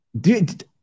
Dude